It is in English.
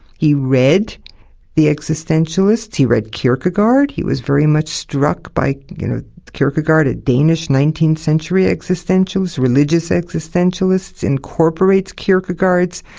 he read the existentialists, he read kierkegaard he was very much struck by you know kierkegaard, a danish nineteenth century existentialist, religious existentialist incorporates kierkegaard's